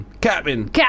Captain